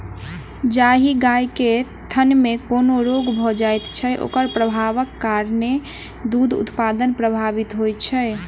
जाहि गाय के थनमे कोनो रोग भ जाइत छै, ओकर प्रभावक कारणेँ दूध उत्पादन प्रभावित होइत छै